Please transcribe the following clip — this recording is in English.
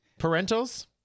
parentals